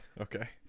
Okay